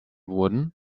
wurden